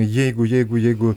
jeigu jeigu jeigu